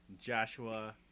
Joshua